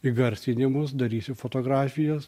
įgarsinimus darysiu fotografijas